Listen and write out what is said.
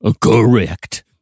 correct